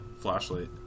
flashlight